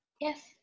Yes